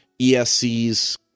ESC's